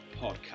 podcast